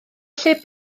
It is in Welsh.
lle